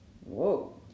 Whoa